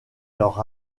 leur